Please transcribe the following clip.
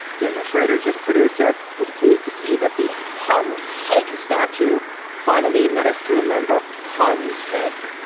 daniel shrader, just producer, was pleased to see that the hun's haeg statue finally let us to remember hun's hegg.